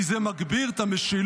כי זה מגביר את המשילות,